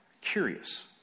Curious